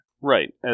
Right